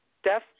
Steph